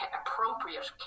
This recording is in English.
appropriate